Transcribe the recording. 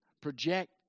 project